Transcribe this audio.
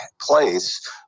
place